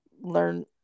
Learn